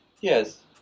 Yes